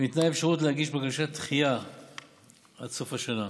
וניתנה אפשרות להגיש בקשת דחייה עד סוף השנה.